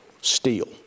Steel